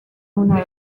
una